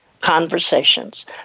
conversations